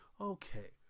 okay